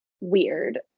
weird